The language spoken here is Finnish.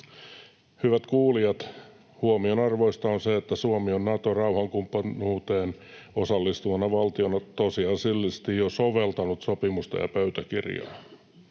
Hyvät kuulijat! Huomionarvoista on se, että Suomi on Naton rauhankumppanuuteen osallistuvana valtiona tosiasiallisesti jo soveltanut sopimusta ja pöytäkirjaa.